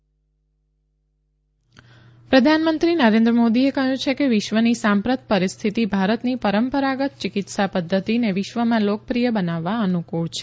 આર્યુવેદ પ્રધાનમંત્રી નરેન્દ્ર મોદીએ વિશ્વની સાંપ્રત પરિસ્થિતી ભારતની પરંપરાગત ચિકિત્સા પધ્ધતિને વિશ્વમાં લોકપ્રિય બનાવવા અનુકુળ છે